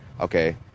Okay